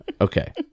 Okay